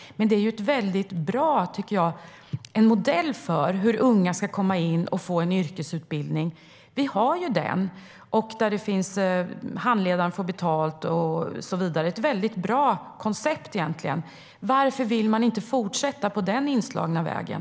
Men det är en bra modell för hur unga ska komma in och få en yrkesutbildning. Vi har den, och handledaren får betalt och så vidare. Det är ett bra koncept. Varför vill regeringen inte fortsätta på den inslagna vägen?